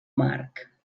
marc